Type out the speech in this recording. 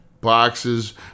boxes